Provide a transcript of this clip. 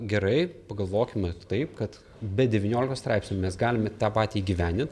gerai pagalvokim vat taip kad be devyniolikos straipsnių mes galime tą patį įgyvendint